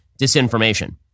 disinformation